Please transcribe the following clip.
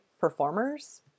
performers